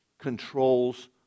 controls